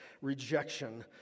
rejection